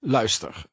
Luister